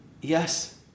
Yes